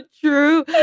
true